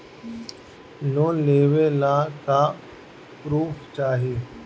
Loan लेवे ला का पुर्फ चाही?